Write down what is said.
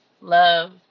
love